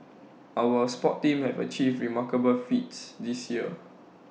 our sports teams have achieved remarkable feats this year